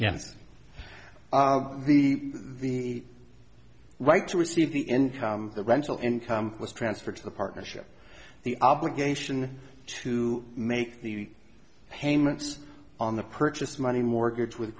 the the right to receive the income the rental income was transferred to the partnership the obligation to make the payments on the purchase money mortgage with